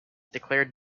declared